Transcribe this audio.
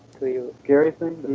the scariest thing?